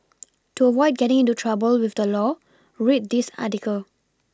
to avoid getting into trouble with the law read this article